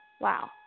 Wow